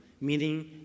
meaning